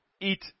eat